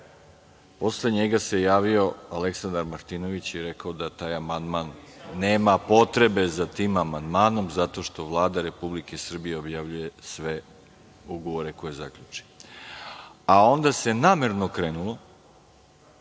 Posle njega se javio Aleksandar Martinović i rekao da taj amandman, nema potrebe za tim amandmanom, zato što Vlada RS objavljuje sve ugovore koje zaključi, a onda se namerno krenulo